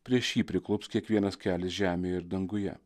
prieš jį priklups kiekvienas kelias žemėje ir danguje